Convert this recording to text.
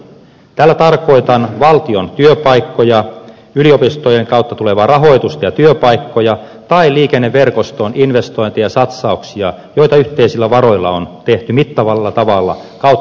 tällä tarkoitan valtion työpaikkoja yliopistojen kautta tuleva rahoitus ja työpaikkoja tai liikenneverkostoon investointiasatsauksia joita yhteisillä varoilla on tehty mittavalla taida olla aina